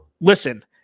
listen